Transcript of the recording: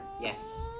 Yes